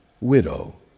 widow